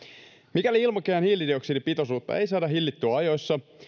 mikäli ilmakehän hiilidioksidipitoisuutta ei saada hillittyä ajoissa